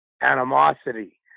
animosity